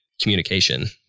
communication